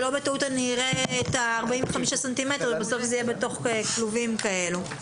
שלא בטעות אני אראה את ה-45 סנטימטרים ובסוף זה יהיה בתוך כלובים כאלה.